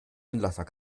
anlasser